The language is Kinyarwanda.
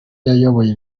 yayoboye